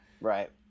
Right